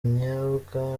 binyobwa